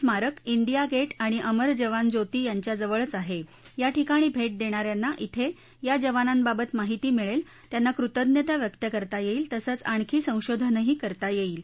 स्मारक डिया गदआणि अमर जवान ज्योती यांच्या जवळच आहा ग्रा ठिकाणी भर्ष दद्यो यांना श्रेखा जवानांबाबत माहिती मिळवि त्यांना कृतज्ञता व्यक्त करता यक्त तसंच आणखी संशोधनही करता यक्ति